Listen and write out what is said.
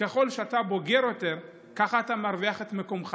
ככל שאתה בוגר יותר ככה אתה מרוויח את מקומך.